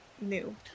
new